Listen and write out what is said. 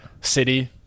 City